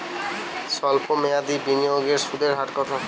সল্প মেয়াদি বিনিয়োগের সুদের হার কত?